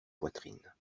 poitrine